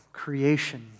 creation